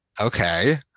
okay